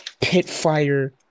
pit-fire